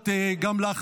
אינה נוכחת,